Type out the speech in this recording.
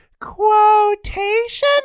quotation